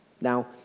Now